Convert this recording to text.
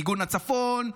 מיגון לצפון,